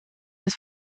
des